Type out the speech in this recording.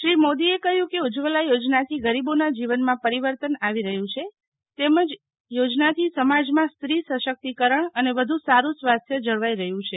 શ્રી મોદીએ કહ્યું કેઉજજવલા યોજનાથી ગરીબો ના જીવનમાં પરીવર્તન આવી રહ્યું છે તેમજ યોજનાથી સમાજમાં સ્ત્રી સશક્તિકરણ અને વ્ધુ સારૂ સ્વાસ્થ્ય જળવાય રહ્યું છે